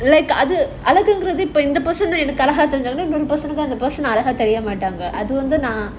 like அது அழகுங்கிறது:adhu alakungrathu personal personal அழகா தெரியமாட்டாங்க:alaka theriyamaataanga